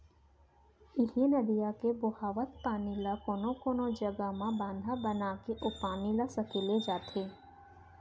इहीं नदिया के बोहावत पानी ल कोनो कोनो जघा म बांधा बनाके ओ पानी ल सकेले जाथे